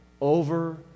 over